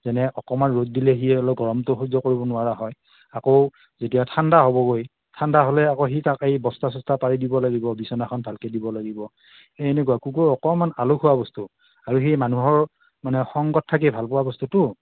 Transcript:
যেনে অকণমান ৰ'দ দিলে সি গৰমটো সহ্য কৰিব নোৱাৰা হয় আকৌ যেতিয়া ঠাণ্ডা হ'বগৈ ঠাণ্ডা হ'লে আকৌ সি তাক এই বস্তা চস্তা পাৰি দিব লাগিব বিচনাখন ভালকৈ দিব লাগিব এই এনেকুৱা কুকুৰ অকণমান আলসুৱা বস্তু আৰু সেই মানুহৰ মানে সঙ্গত থাকি ভাল পোৱা বস্তুতো